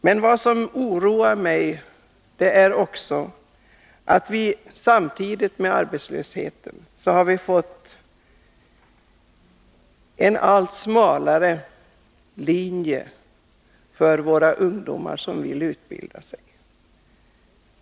Men vad som oroar mig är att vi samtidigt med arbetslösheten fått en allt smalare linje för våra ungdomar som vill utbilda sig.